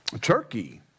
Turkey